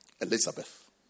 Elizabeth